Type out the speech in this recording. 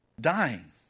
dying